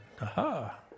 Aha